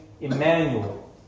Emmanuel